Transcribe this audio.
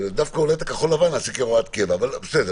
דווקא את אולי את הכחול-לבן נעשה כהוראת קבע אבל עזוב,